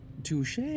Touche